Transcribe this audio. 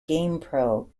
gamepro